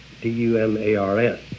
d-u-m-a-r-s